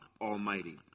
Almighty